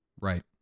Right